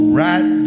right